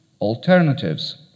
alternatives